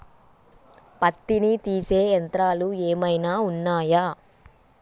పత్తిని తీసే యంత్రాలు ఏమైనా ఉన్నయా?